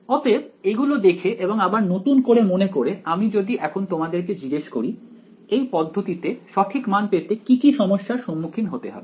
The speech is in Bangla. অতএব এগুলো দেখে এবং আবার নতুন করে মনে করে আমি যদি এখন তোমাদের কে জিজ্ঞেস করি এই পদ্ধতিতে সঠিক মান পেতে কি কি সমস্যার সম্মুখীন হতে হবে